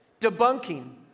debunking